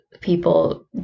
people